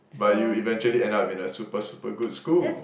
but you eventually end up in a super super good school